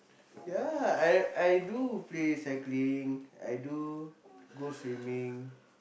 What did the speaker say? ya I I do play cycling I do go swimming